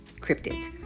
cryptids